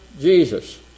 Jesus